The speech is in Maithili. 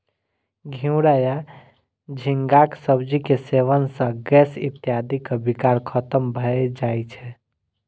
घिवरा या झींगाक सब्जी के सेवन सं गैस इत्यादिक विकार खत्म भए जाए छै